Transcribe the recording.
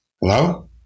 Hello